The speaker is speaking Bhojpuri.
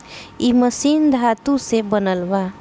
इ मशीन धातु से बनल बा